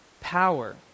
power